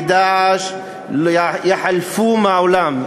ו"דאעש", יחלפו מהעולם.